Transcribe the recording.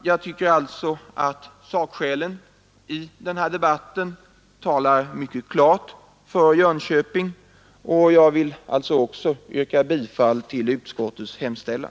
Jag tycker alltså att sakskälen i denna debatt talar mycket klart för Jönköping, och även jag vill yrka bifall till utskottets hemställan.